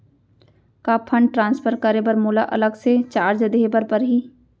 का fund transfer करे बर मोला अलग से चार्ज देहे बर परही?